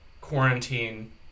quarantine